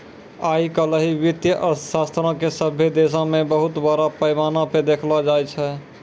आइ काल्हि वित्तीय अर्थशास्त्रो के सभ्भे देशो मे बड़ा पैमाना पे देखलो जाय छै